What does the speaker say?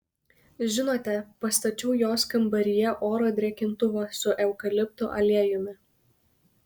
žinote pastačiau jos kambaryje oro drėkintuvą su eukaliptų aliejumi